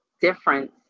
difference